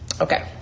Okay